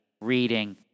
reading